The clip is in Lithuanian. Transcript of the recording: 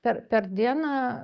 per per dieną